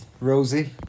Rosie